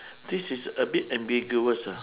this is a bit ambiguous ah